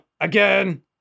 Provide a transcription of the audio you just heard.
again